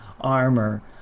armor